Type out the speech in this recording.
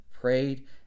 prayed